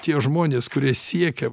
tie žmonės kurie siekia